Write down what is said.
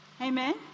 Amen